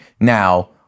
now